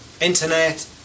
internet